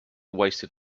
wasted